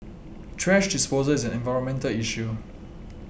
thrash disposal is an environmental issue